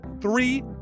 three